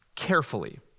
Carefully